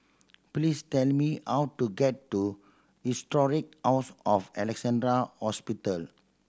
please tell me how to get to Historic House of Alexandra Hospital